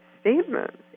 statements